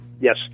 yes